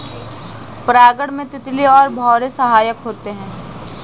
परागण में तितली और भौरे सहायक होते है